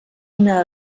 una